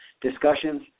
discussions